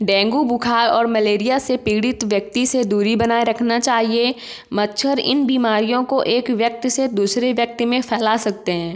dengue बुखार और malaria से पीड़ित व्यक्ति से दूरी बनाए रखना चाहिए मच्छर इन बीमारियों को एक व्यक्ति से दूसरे व्यक्ति में फैला सकते हैं